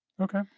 Okay